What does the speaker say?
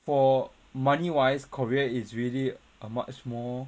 for money wise korea is really a much more